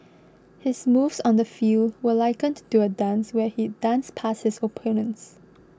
his moves on the field were likened to a dance where he'd 'dance' past his opponents